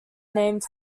named